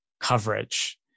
coverage